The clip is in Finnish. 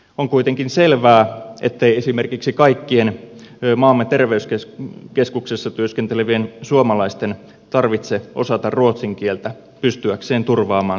on kuitenkin selvää ettei esimerkiksi kaikkien maamme terveyskeskuksissa työskentelevien suomalaisten tarvitse osata ruotsin kieltä pystyäkseen turvaamaan suomenruotsalaisten palvelut